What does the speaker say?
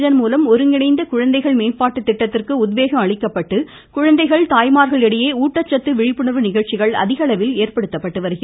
இதன்மூலம் ஒருங்கிணைந்த குழந்தைகள் மேம்பாட்டு திட்டத்திற்கு உத்வேகம் அளிக்கப்பட்டு குழந்தைகள் தாய்மார்கள் இடையே ஊட்டச்சத்து விழிப்புணர்வு நிகழ்ச்சிகள் அதிகளவில் ஏற்படுத்தப்பட்டு வருகிறது